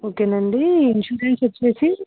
okay అండి insurance వచ్చి